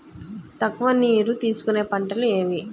తక్కువ నీరు తీసుకునే పంటలు ఏవి?